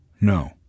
No